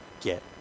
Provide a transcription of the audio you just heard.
get